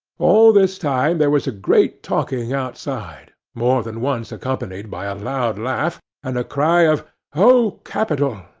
all this time there was a great talking outside, more than once accompanied by a loud laugh, and a cry of oh! capital!